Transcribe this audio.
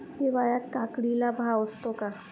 हिवाळ्यात काकडीला भाव असतो का?